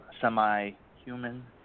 semi-human